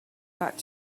back